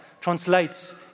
translates